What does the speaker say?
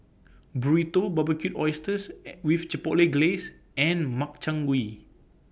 Burrito Barbecued Oysters and with Chipotle Glaze and Makchang Gui